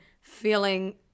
feeling